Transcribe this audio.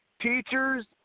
Teachers